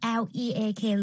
leak